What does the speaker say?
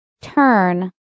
turn